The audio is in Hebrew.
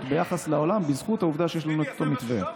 ביחס לעולם בזכות העובדה שיש לנו את אותו מתווה.